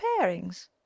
pairings